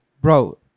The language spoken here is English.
bro